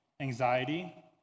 anxiety